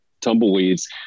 tumbleweeds